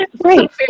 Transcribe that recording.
Right